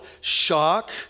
shock